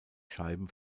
scheiben